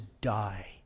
die